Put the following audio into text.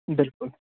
بِلکُل